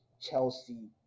Chelsea